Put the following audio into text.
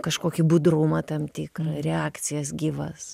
kažkokį budrumą tam tikrą reakcijas gyvas